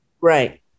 Right